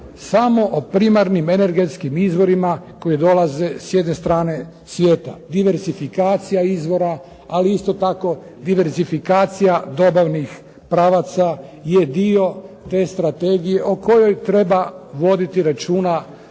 samo o primarnim energetskim izvorima koji dolaze s jedne strane svijeta, diversifikacija izvora ali isto tako diversifikacija dobavnih pravaca je dio te Strategija o kojoj treba voditi računa svaka